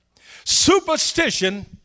Superstition